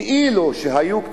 כאלו שהיו,